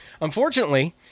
Unfortunately